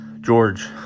George